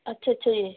ਅੱਛਾ ਅੱਛਾ ਜੀ